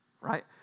right